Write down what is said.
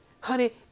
Honey